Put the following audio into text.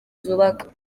zubaka